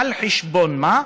על חשבון מה?